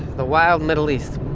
the wild middle east.